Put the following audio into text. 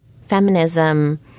Feminism